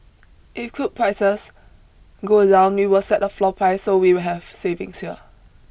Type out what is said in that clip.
if crude prices go down we will set a floor price so we will have savings here